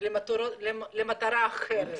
למטרה אחרת.